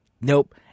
Nope